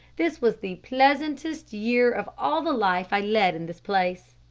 this was the pleasantest year of all the life i led in this place.